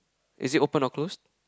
is it open or close